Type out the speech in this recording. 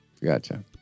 Gotcha